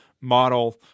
model